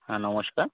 হ্যাঁ নমস্কার